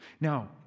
Now